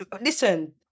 Listen